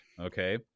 Okay